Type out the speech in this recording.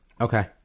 Okay